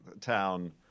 town